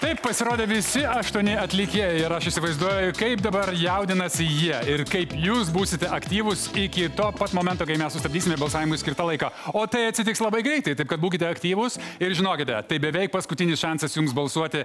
taip pasirodė visi aštuoni atlikėjai ir aš įsivaizduoju kaip dabar jaudinasi jie ir kaip jūs būsite aktyvūs iki to momento kai mes sustabdysime balsavimui skirtą laiką o tai atsitiks labai greitai taip kad būkite aktyvūs ir žinokite tai beveik paskutinis šansas jums balsuoti